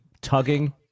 tugging